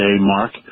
mark